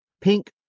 pink